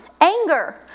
Anger